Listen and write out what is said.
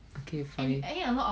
okay fine